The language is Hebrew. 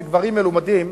וגברים מלומדים,